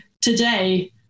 today